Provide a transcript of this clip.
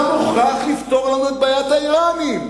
אתה מוכרח לפתור לנו את בעיית האירנים.